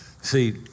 See